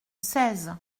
seize